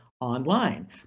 online